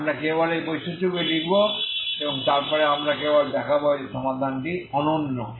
তাই আমরা কেবল এই বৈশিষ্ট্যগুলি লিখব এবং তারপরে আমরা কেবল দেখাব যে সমাধানটি অনন্য